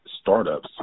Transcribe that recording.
startups